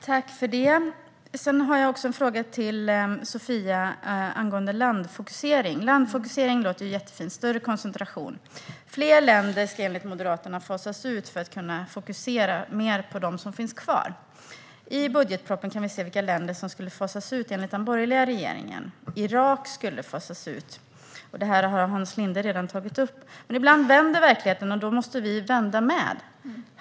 Herr talman! Jag har också en fråga till Sofia angående landfokusering. Landfokusering låter jättefint - större koncentration. Fler länder ska enligt Moderaterna fasas ut för att vi ska kunna fokusera mer på dem som finns kvar. I budgetpropositionen kan vi se vilka länder som skulle fasas ut enligt den borgerliga regeringen. Irak skulle fasas ut, och det har Hans Linde redan tagit upp. Men ibland vänder verkligheten, och då måste vi också vända.